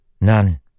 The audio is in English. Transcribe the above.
None